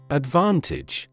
advantage